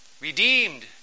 redeemed